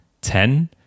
ten